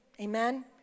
Amen